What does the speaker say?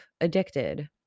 addicted